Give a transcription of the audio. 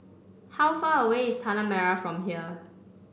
how far away is Tanah Merah from here